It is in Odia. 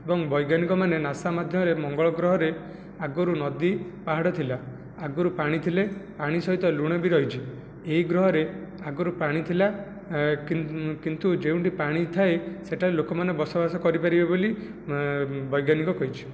ଏବଂ ବୈଜ୍ଞାନିକମାନେ ନାସା ମାଧ୍ୟମରେ ମଙ୍ଗଳ ଗ୍ରହରେ ଆଗରୁ ନଦୀ ପାହାଡ଼ ଥିଲା ଆଗରୁ ପାଣି ଥିଲେ ପାଣି ସହିତ ଲୁଣ ବି ରହିଛି ଏହି ଗ୍ରହରେ ଆଗରୁ ପାଣି ଥିଲା କିନ୍ତୁ ଯେଉଁଠି ପାଣି ଥାଏ ସେଠାରେ ଲୋକମାନେ ବସବାସ କରିପାରିବେ ବୋଲି ବୈଜ୍ଞାନିକ କହିଛି